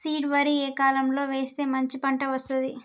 Seed వరి ఏ కాలం లో వేస్తే మంచి పంట వస్తది?